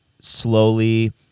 slowly